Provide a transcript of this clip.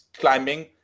climbing